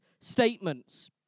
statements